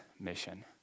mission